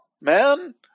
man